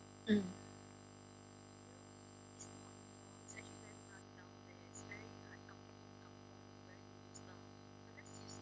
mm